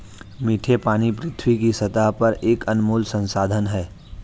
मीठे पानी पृथ्वी की सतह पर एक अनमोल संसाधन है